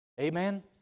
Amen